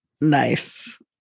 nice